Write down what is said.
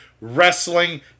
Wrestling